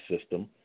system